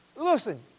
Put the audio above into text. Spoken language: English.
Listen